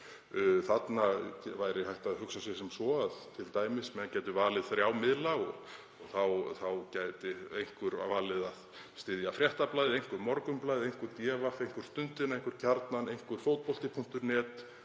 Þarna væri hægt að hugsa sem svo að t.d. gætu menn valið þrjá miðla og þá gæti einhver valið að styðja Fréttablaðið, einhver Morgunblaðið, einhver DV, einhver Stundina, einhver Kjarnann, einhver Fótbolta.net